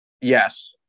Yes